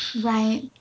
Right